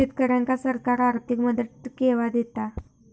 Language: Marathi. शेतकऱ्यांका सरकार आर्थिक मदत केवा दिता?